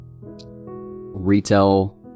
retail